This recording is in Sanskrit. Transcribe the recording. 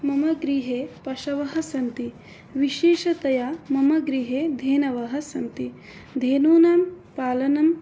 मम गृहे पशवः सन्ति विशेषतया मम गृहे धेनवः सन्ति धेनूनां पालनं